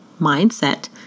mindset